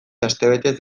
astebetez